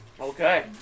Okay